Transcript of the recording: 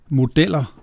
modeller